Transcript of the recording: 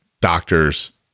doctors